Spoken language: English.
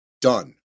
done